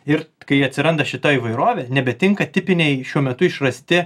ir kai atsiranda šita įvairovė nebetinka tipiniai šiuo metu išrasti